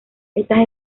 estas